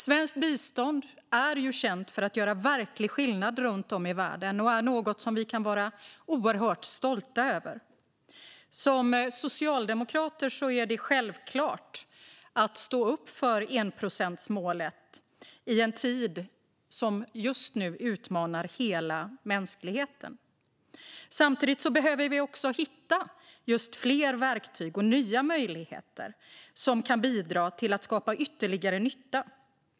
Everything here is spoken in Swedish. Svenskt bistånd är känt för att göra verklig skillnad runt om i världen och är något som vi kan vara oerhört stolta över. Som socialdemokrat är det självklart att stå upp för enprocentsmålet i en tid som just nu utmanar hela mänskligheten. Samtidigt behöver vi hitta fler verktyg och nya möjligheter som kan bidra till att skapa ytterligare nytta.